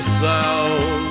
sound